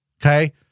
Okay